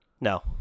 No